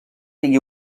tingui